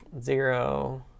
zero